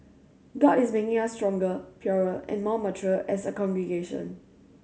god is making us stronger purer and more mature as a congregation